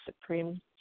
supreme